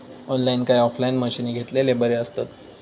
Online काय offline मशीनी घेतलेले बरे आसतात?